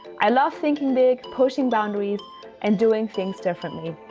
i love thinking big pushing boundaries and doing things differently.